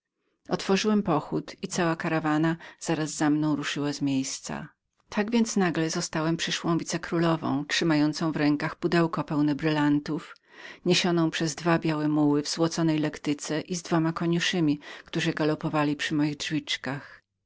otworzyłam pochód i cała karawana zaraz za mną ruszyła z miejsca otóż nagle zostałem przyszłą wicekrólową z pudełkiem pełnem dyamentów w rękach niesiony przez dwa białe muły w złoconej lektyce i z dwoma koniuszymi którzy